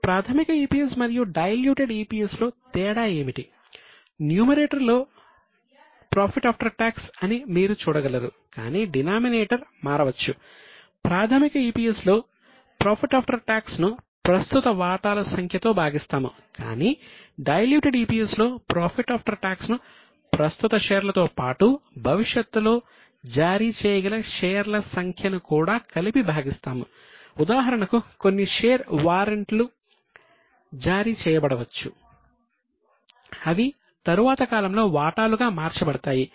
ఇప్పుడు ప్రాథమిక EPS మరియు డైల్యూటెడ్ EPS జారీ చేయబడవచ్చు అవి తరువాత కాలంలో వాటాలుగా మార్చబడతాయి